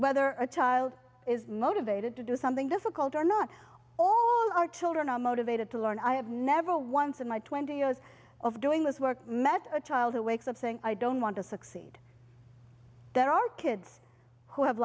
whether a child is motivated to do something difficult or not all our children are motivated to learn i have never once in my twenty years of doing this work met a child who wakes up saying i don't want to succeed there are kids who have